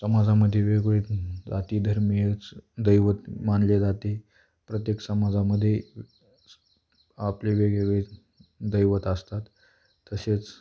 समाजामध्ये वेगवेगळे जातीधर्मीयच दैवत मानले जाते प्रत्येक समाजामध्ये आपले वेगवेगळे दैवत असतात तसेच